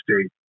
state